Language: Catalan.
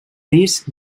disc